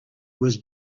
was